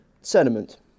sediment